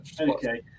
Okay